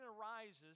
arises